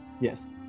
yes